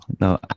no